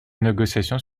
négociations